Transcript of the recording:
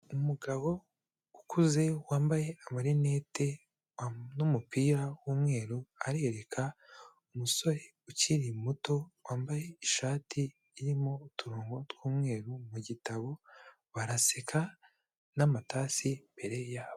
Umugabo ukuze wambaye amarinete n'umupira w'umweru, arereka umusore ukiri muto wambaye ishati irimo uturongo tw'umweru mu gitabo, baraseka n'amatasi imbere yabo.